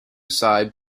side